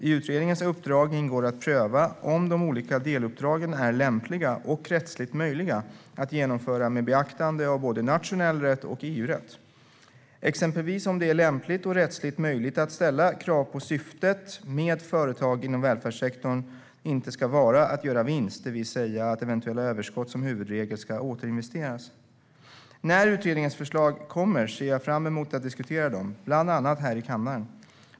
I utredningens uppdrag ingår att pröva om de olika deluppdragen är lämpliga och rättsligt möjliga att genomföra med beaktande av både nationell rätt och EU-rätt, exempelvis om det är lämpligt och rättsligt möjligt att ställa krav på att syftet med företag inom välfärdssektorn inte ska vara att göra vinst, det vill säga att eventuella överskott som huvudregel ska återinvesteras. När utredningens förslag kommer ser jag fram emot att diskutera dem, bland annat här i kammaren.